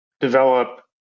develop